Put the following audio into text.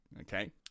okay